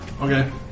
Okay